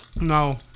No